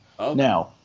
Now